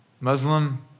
Muslim